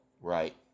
Right